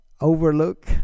overlook